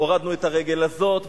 הורדנו את הרגל הזאת,